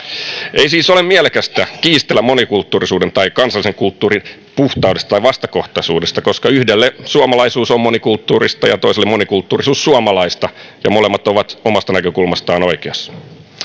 ei siis ole mielekästä kiistellä monikulttuurisuuden tai kansallisen kulttuurin puhtaudesta tai vastakohtaisuudesta koska yhdelle suomalaisuus on monikulttuurista ja toiselle monikulttuurisuus suomalaista ja molemmat ovat omasta näkökulmastaan oikeassa